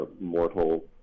mortal